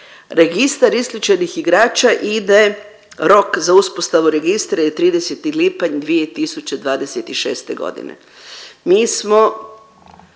registar isključenih igrača ide rok za uspostavu registra je 30. lipanj 2026. godine.